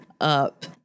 up